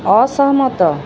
ଅସହମତ